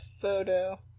photo